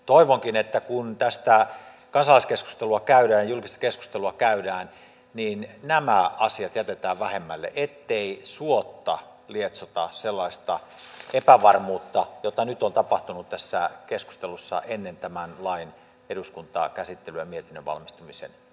toivonkin että kun tästä kansalaiskeskustelua käydään ja julkista keskustelua käydään niin nämä asiat jätetään vähemmälle ettei suotta lietsota sellaista epävarmuutta jota nyt on tapahtunut tässä keskustelussa ennen tämän lain eduskuntakäsittelyä ja mietinnön valmistumisen jälkeen